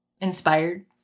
inspired